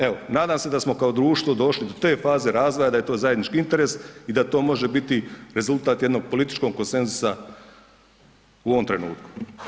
Evo, nadam se da smo kao društvo došli do te faze razvoja da je to zajednički interes i da to može biti rezultat jednog političkog konsenzusa u ovom trenutku.